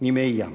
מני ים.